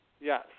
Yes